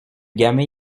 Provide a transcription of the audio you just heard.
gamin